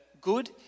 good